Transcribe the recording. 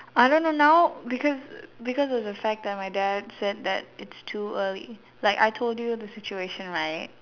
I don't know now because because of the fact that my dad said that it's too early like I told you the situation right